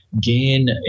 gain